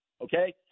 Okay